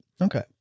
Okay